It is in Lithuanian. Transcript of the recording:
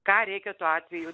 ką reikia tuo atveju